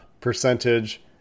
percentage